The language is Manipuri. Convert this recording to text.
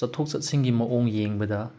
ꯆꯠꯊꯣꯛ ꯆꯠꯁꯤꯟꯒꯤ ꯃꯑꯣꯡ ꯌꯦꯡꯕꯗ